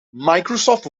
microsoft